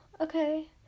okay